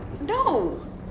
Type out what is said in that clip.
no